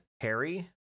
Harry